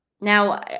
Now